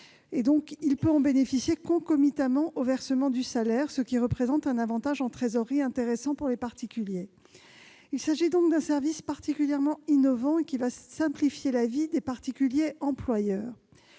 peut donc en bénéficier concomitamment au versement du salaire, ce qui représente un avantage en trésorerie intéressant pour les particuliers. Il s'agit donc d'un service particulièrement innovant, qui simplifiera la vie des particuliers-employeurs.